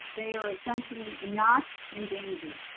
they are essentially not in danger.